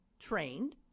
trained